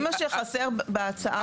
שחסר בהצעה הזאת.